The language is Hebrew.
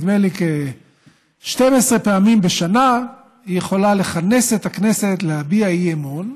נדמה לי שכ-12 פעמים בשנה היא יכולה לכנס את הכנסת להביע אי-אמון.